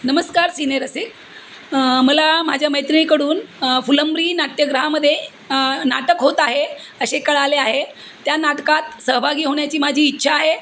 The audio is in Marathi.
नमस्कार सीनेरसीक मला माझ्या मैत्रिणीकडून फुलंबरी नाट्यगृहामध्ये नाटक होत आहे असे कळले आहे त्या नाटकात सहभागी होण्याची माझी इच्छा आहे